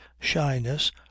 shyness